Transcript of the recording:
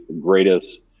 greatest